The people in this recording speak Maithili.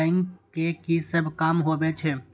बैंक के की सब काम होवे छे?